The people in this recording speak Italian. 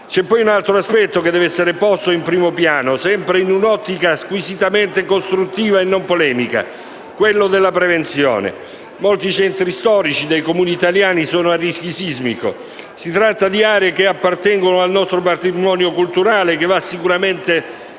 C'è poi un altro aspetto che deve essere posto in primo piano, sempre in un'ottica squisitamente costruttiva e non polemica: quello della prevenzione. Molti centri storici dei Comuni italiani sono a rischio sismico. Si tratta di aree che appartengono al nostro patrimonio culturale, che va sicuramente